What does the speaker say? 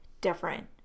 different